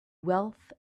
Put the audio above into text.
wealth